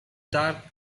dark